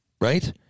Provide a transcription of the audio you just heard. right